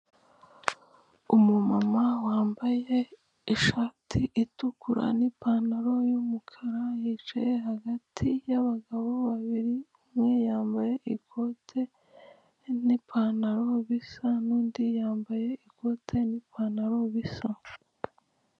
Umumama wambaye ishati itukura n'ipantaro y'umukara, yicaye hagati y'abagabo babiri; umwe yambaye ikote n'ipantaro bisa, n'undi yambaye ikote n'ipantaro bisa.